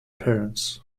parents